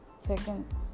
second